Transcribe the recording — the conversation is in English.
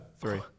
Three